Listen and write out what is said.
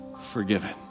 forgiven